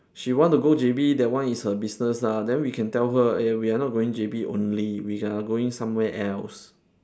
she want to go J_B that one is her business lah then we can tell her eh we are not going J_B only we are going somewhere else